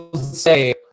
say